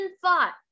thought